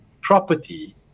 property